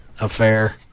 affair